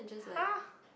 !huh!